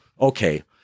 okay